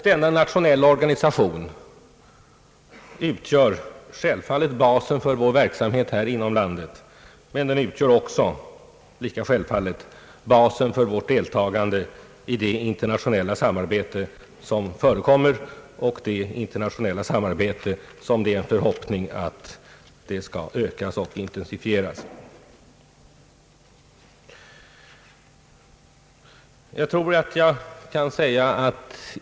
Denna nationella organisation utgör självfallet basen för vår verksamhet här inom landet, men den utgör också lika självfallet basen för vårt deltagande i det internationella samarbete som förekommer och det ökade och intensifierade internationella samarbete som vi hop pas på.